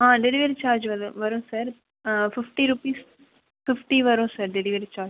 ஆ delivery charge வது வரும் sir fifty rupees fifty வரும் சார் டெலிவரி சார்ஜ்